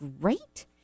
great